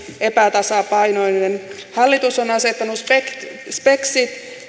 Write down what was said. epätasapainoinen hallitus on asettanut speksit speksit